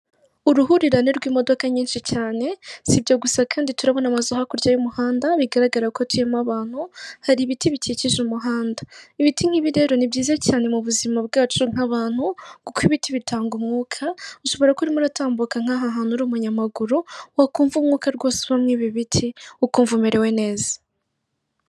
Uruhurirane rw'imodoka nyinshi cyane sibyo gusa kandi turabona amazu hakurya y'umuhanda bigaragara ko atuyemo abantu, hari ibiti bikikije umuhanda, ibiti nk'ibi rero ni byiza cyane mu buzima bwacu nk'abantu kuko ibiti bitanga umwuka. Ushobora kuba urimo uratambuka nk'aha hantu uri umunyamaguru wakumva umwuka rwose uba mu ibi biti ukumva umerewe neza.